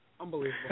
Unbelievable